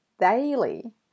daily